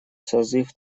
созыв